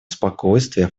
спокойствия